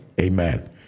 amen